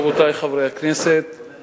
רבותי חברי הכנסת,